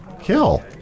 kill